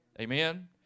Amen